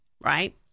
right